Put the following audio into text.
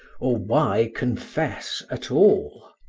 or why confess at all?